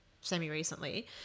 semi-recently